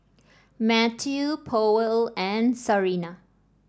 Matthew Powell and Sarina